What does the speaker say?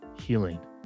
Healing